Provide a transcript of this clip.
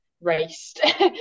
raced